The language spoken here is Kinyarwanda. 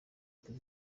leta